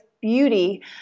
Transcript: beauty